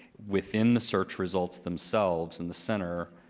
within the search results themselves in the center,